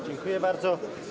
Dziękuję bardzo.